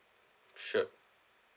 sure